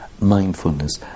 mindfulness